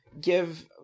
give